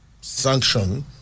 Sanction